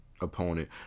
opponent